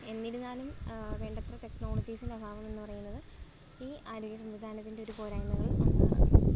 എന്നിരുന്നാലും വേണ്ടത്ര ടെക്നോളജീസിൻ്റെ അഭാവം എന്ന് പറയുന്നത് ഈ ആരോഗ്യ സംവിധാനത്തിൻ്റെ ഒരു പോരായ്മകൾ മാത്രമാണ്